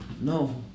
No